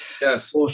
Yes